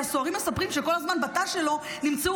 כי הסוהרים מספרים שבתא שלו כל הזמן נמצאו